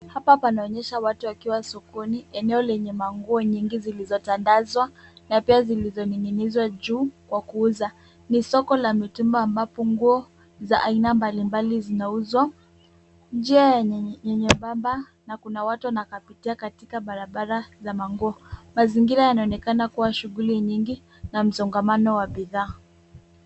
Hapa panaonyesha watu wakiwa sokoni eneo lenye manguo nyingi zilizotandazwa na pia zilizoning'inizwa juu kwa kuuza. Ni soko la mitumba ambapo nguo za aina mbalimbali zinauzwa. Njia ni nyembamba na kuna watu wanapitia katika barabara za manguo. Mazingira yanaonekana kuwa shughuli nyingi na msongamano wa bidhaa.